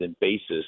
basis